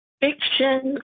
Fiction